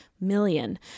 million